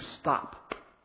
stop